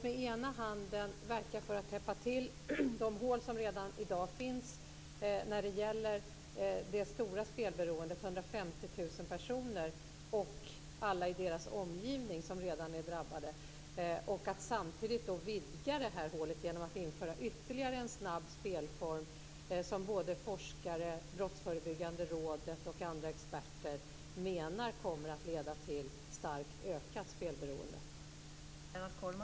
Med den handen täpper man till de hål som redan i dag finns när det gäller det stora spelberoendet - 150 000 personer och deras omgivning - samtidigt som man vidgar hålet genom att införa ytterligare en snabb spelform som forskare, Brottsförebyggande rådet och andra experter befarar kommer att leda till ett starkt ökat spelberoende.